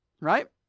right